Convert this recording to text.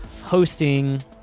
hosting